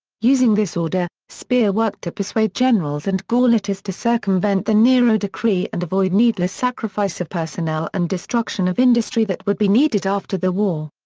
using this order, speer worked to persuade generals and gauleiters to circumvent the nero decree and avoid needless sacrifice of personnel and destruction of industry that would be needed after the war.